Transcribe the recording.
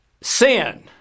sin